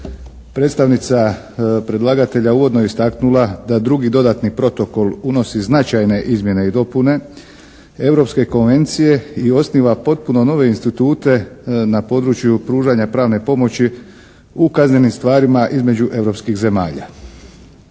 Predstavnica predlagatelja uvodno je istaknula da drugi dodatni protokol unosi značajne izmjene i dopune Europske konvencije i osniva potpuno nove institute na području pružanja pravne pomoći u kaznenim stvarima između europskih zemalja.